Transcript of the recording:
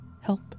Help